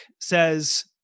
says